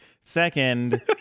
second